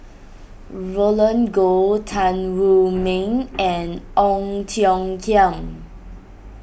Roland Goh Tan Wu Meng and Ong Tiong Khiam